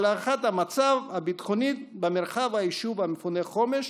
הערכת המצב הביטחונית במרחב היישוב המפונה חומש.